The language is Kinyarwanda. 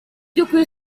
by’ukuri